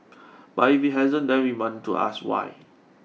but if it hasn't then we want to ask why